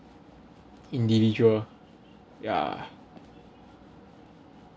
individual ya